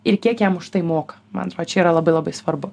ir kiek jam už tai moka man atrodo čia yra labai labai svarbu